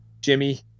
Jimmy